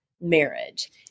marriage